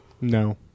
No